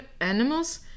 animals